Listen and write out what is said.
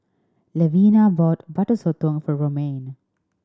Levina bought Butter Sotong for Romaine